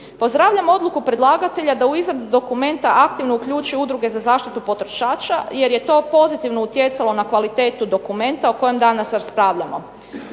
Pozdravljam odluku predlagatelja da u izradu dokumenta aktivno uključi udruge za zaštitu potrošača jer je to pozitivno utjecalo na kvalitetu dokumenta o kojem danas raspravljamo.